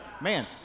Man